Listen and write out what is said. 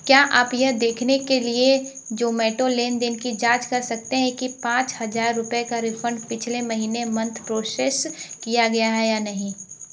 क्या आप यह देखने के लिए जोमेटो लेन देन की जाँच कर सकते हैं कि पाँच हजार रुपये का रिफ़ंड पिछले महीने मंथ प्रोसेस किया गया है या नहीं